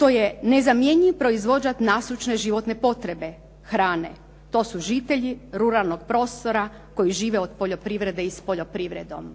To je nezamjenjiv …/Govornica se ne razumije./… životne potrebe, hrane. To su žitelji ruralnog prostora koji žive od poljoprivrede i s poljoprivredom.